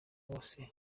bose